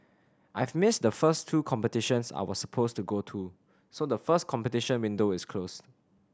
I've missed the first two competitions I was supposed to go to so the first competition window is closed